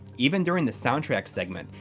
even during the soundtrack segment,